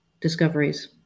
discoveries